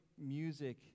music